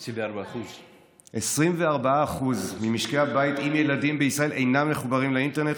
24%. 24% ממשקי הבית עם ילדים בישראל אינם מחוברים לאינטרנט.